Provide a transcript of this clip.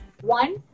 One